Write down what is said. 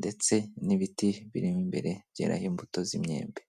ndetse n'ibiti biri imbere byeraho imbuto z'imyembe.